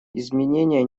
изменения